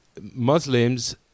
Muslims